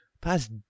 past